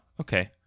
Okay